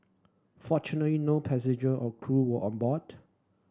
fortunately no passenger or crew were on board